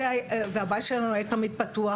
הבית שלנו תמיד היה פתוח,